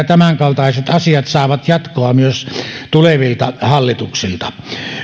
tämänkaltaiset asiat saavat jatkoa myös tulevilta hallituksilta